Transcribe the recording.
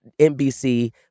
NBC